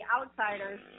Outsiders